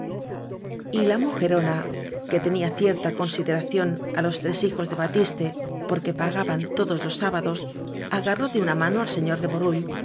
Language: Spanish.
escuela y la mujerona que tenía cierta considera ción á los tres hijos de batiste porque pagaban todos los sábados agarró de una mano al señor de